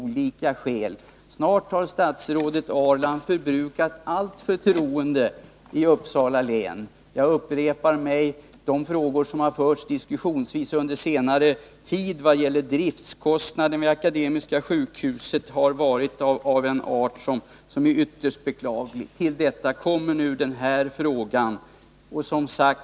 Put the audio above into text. Snart har statsrådet Ahrland förbrukat allt förtroende i Uppsala län. Jag upprepar: De diskussioner som har förts under senare tid avseende driftkostnader vid Akademiska sjukhuset har varit av ytterst beklagligt slag. Till detta kommer nu det här.